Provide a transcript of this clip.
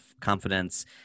confidence